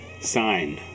sign